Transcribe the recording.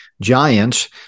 giants